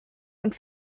und